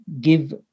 give